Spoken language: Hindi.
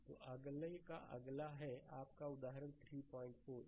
स्लाइड समय देखें 0925 तो अगला का अगला है आपका उदाहरण 34 है